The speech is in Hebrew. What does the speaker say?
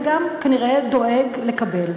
וגם כנראה דואג לקבל.